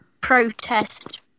protest